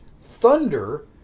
Thunder